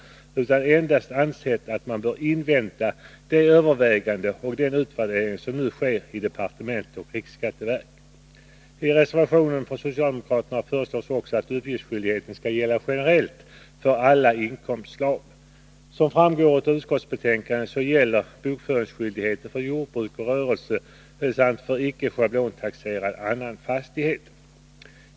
Utskottet har endast ansett att man bör invänta de överväganden och den utvärdering som nu sker i departement och riksskatteverk. I reservationen från socialdemokraterna föreslås också att uppgiftsskyldigheten skall gälla generellt för alla inkomstslag. Som framgår av betänkandet gäller bokföringsskyldigheten för rörelse och jordbruksfastighet samt för icke schablontaxerad, annan fastighet.